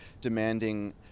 demanding